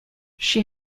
she